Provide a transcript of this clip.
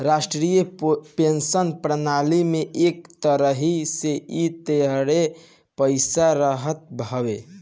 राष्ट्रीय पेंशन प्रणाली में एक तरही से इ तोहरे पईसा रहत हवे